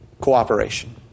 cooperation